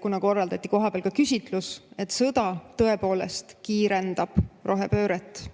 kohapeal korraldati ka küsitlus, et sõda tõepoolest kiirendab rohepööret.